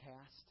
cast